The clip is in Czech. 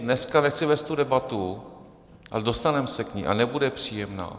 Dneska nechci vést tu debatu, ale dostaneme se k ní a nebude příjemná.